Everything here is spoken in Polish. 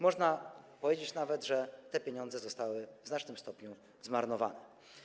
Można powiedzieć nawet, że te pieniądze zostały w znacznym stopniu zmarnowane.